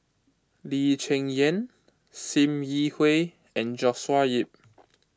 Lee Cheng Yan Sim Yi Hui and Joshua Ip